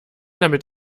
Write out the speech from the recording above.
damit